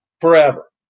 forever